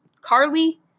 Carly